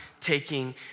taking